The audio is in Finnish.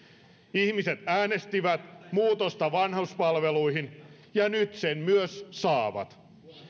ihmiset äänestivät muutosta vanhuspalveluihin ja nyt sen myös saavat